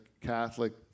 Catholic